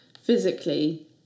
physically